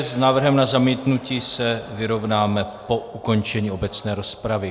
S návrhem na zamítnutí se vyrovnáme po ukončení obecné rozpravy.